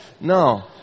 No